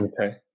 okay